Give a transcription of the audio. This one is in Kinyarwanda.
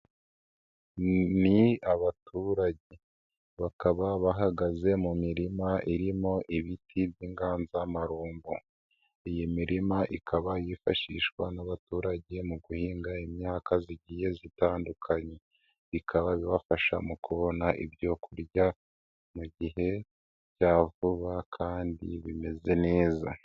Ni abaturage bakaba bahagaze mu mirima irimo ibiti by'inganzamarumbo, iyi mirima ikaba yifashishwa n'abaturage mu guhinga imyaka zigiye zitandukanye bikaba bibafasha mu kubona ibyo kurya mu gihe cya vuba kandi bimeze neza.